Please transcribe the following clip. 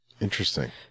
Interesting